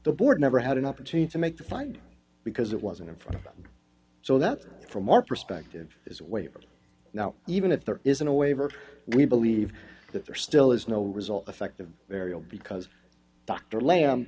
the board never had an opportunity to make the find because it wasn't in front of them so that from our perspective is waiver now even if there isn't a waiver we believe that there still is no result effective areal because dr la